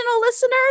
listeners